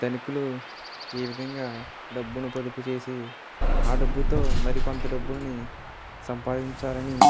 ధనికులు ఏ విధంగా డబ్బును పొదుపు చేసి ఆ డబ్బుతో మరికొంత డబ్బును సంపాదించాలని